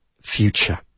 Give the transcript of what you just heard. future